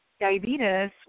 diabetes